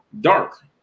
dark